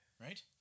Right